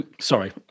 Sorry